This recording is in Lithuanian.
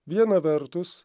viena vertus